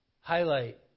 highlight